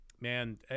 man